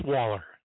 Waller